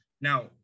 Now